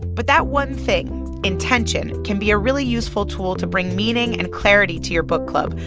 but that one thing, intention, can be a really useful tool to bring meaning and clarity to your book club,